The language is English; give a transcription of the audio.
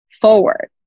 forward